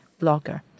blogger